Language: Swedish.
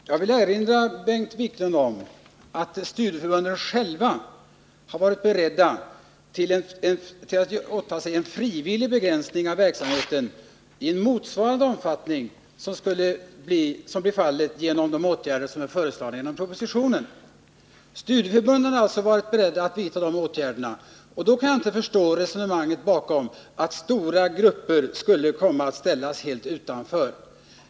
Herr talman! Jag vill erinra Bengt Wiklund om att studieförbunden själva har varit beredda att åta sig en frivillig begränsning av verksamheten i en omfattning motsvarande den som blir fallet genom de åtgärder som föreslås i propositionen. Studieförbunden har alltså varit beredda att vidta de åtgärderna. Då kan jag inte förstå resonemanget om att stora grupper skulle komma att ställas helt utanför.